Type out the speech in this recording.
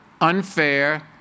unfair